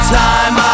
time